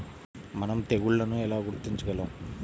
మనం తెగుళ్లను ఎలా గుర్తించగలం?